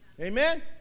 Amen